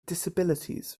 disabilities